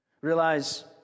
Realize